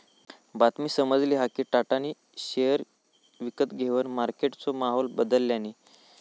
बातमी समाजली हा कि टाटानी शेयर विकत घेवन मार्केटचो माहोल बदलल्यांनी